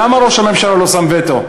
למה ראש הממשלה לא שם וטו?